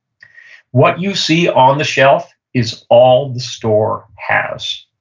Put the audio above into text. what you see on the shelf, is all the store has,